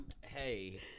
hey